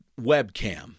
webcam